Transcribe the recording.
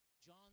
John